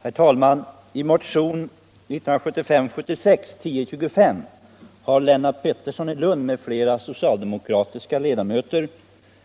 Herr talman! I motionen 1975/76:1025 har Lennart Pettersson i Lund m.fl. socialdemokratiska ledamöter